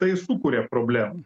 tai sukuria problemų